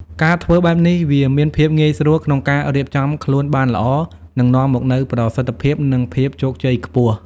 ការធ្វើបែបនេះវាមានភាពងាយស្រួលក្នុងការ រៀបចំខ្លួនបានល្អ នឹងនាំមកនូវប្រសិទ្ធភាព និងភាពជោគជ័យខ្ពស់ ។